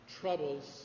troubles